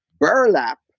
burlap